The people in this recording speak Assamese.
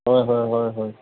হয় হয় হয় হয়